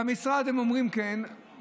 במשרד הם אומרים כן,